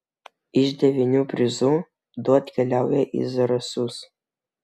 iš devynių prizų du atkeliauja į zarasus